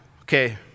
okay